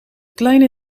kleine